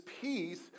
peace